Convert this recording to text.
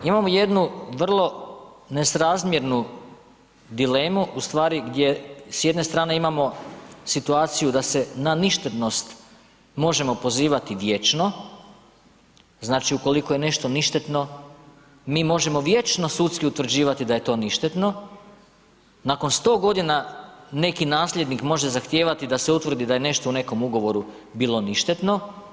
Imamo jednu vrlo nesrazmjernu dilemu, u stvari gdje s jedne strane imamo situaciju da se na ništetnost možemo pozivati vječno, znači ukoliko je nešto ništetno, mi možemo vječno sudski utvrđivati da je to ništetno, nakon 100 godina neki nasljednik može zahtijevati da se utvrdi da je nešto u nekom ugovoru bilo ništetno.